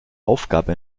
aufgabe